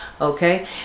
Okay